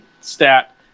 stat